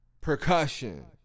Percussion